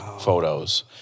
photos